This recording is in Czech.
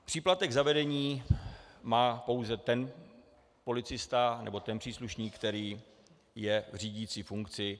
Příplatek za vedení má pouze ten policista nebo ten příslušník, který je v řídicí funkci.